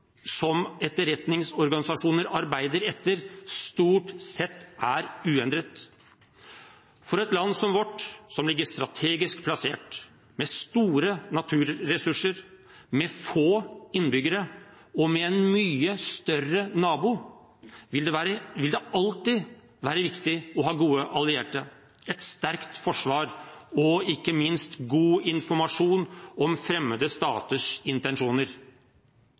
som etterretningsorganisasjoner arbeider etter, stort sett er uendret. For et land som vårt, som ligger strategisk plassert, med store naturressurser, med få innbyggere og med en mye større nabo, vil det alltid være viktig å ha gode allierte, et sterkt forsvar og ikke minst god informasjon om fremmede staters intensjoner.